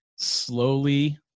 Slowly